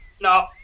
no